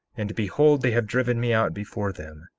and behold, they have driven me out before them,